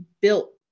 built